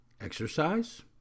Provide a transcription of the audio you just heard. exercise